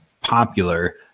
popular